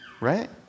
right